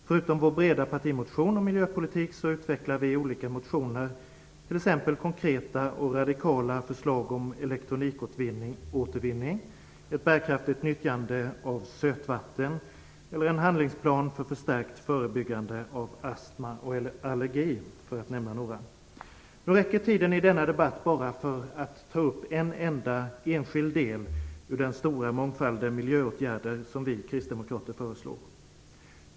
Förutom vår breda partimotion om miljöpolitik utvecklar vi i olika motioner t.ex. konkreta och radikala förslag om elektronikåtervinning, ett bärkraftigt nyttjande av sötvatten och en handlingsplan för förstärkt förebyggande av astma och allergi. Tiden i denna debatt räcker bara till att ta upp en enda enskild del ur den stora mångfalden miljöåtgärder som vi kristdemokrater föreslår.